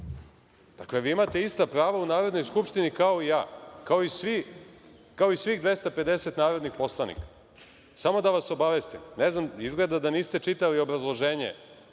Dakle, vi imate ista prava u Narodnoj skupštini kao i ja, kao i svih 250 narodnih poslanika. Samo da vas obavestim, izgleda da niste čitali obrazloženje